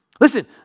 Listen